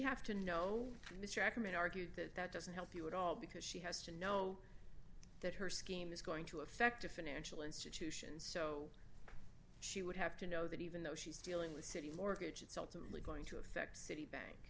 have to know mr ackerman argue that that doesn't help you at all because she has to know that her scheme is going to affect a financial institutions so she would have to know that even though she's dealing with citi mortgage it's ultimately going to affect citibank